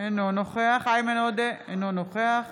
אינו נוכח איימן עודה, אינו נוכח